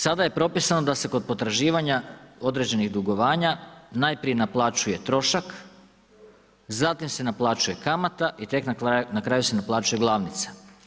Sada je propisano da se kod potraživanja određenih dugovanja najprije naplaćuje trošak, zatim se naplaćuje kamata i tek na kraju se naplaćuje glavnica.